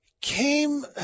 came